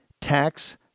Tax